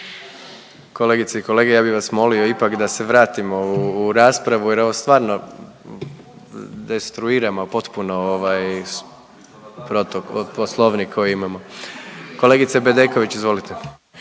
Kolegice i kolege, ja bih vas molio ipak da se vratimo u raspravu jer je ovo stvarno destruiramo potpuno ovaj, .../Govornik se ne razumije./... Poslovnik koji imamo. Kolegice Bedeković, izvolite.